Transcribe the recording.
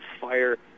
fire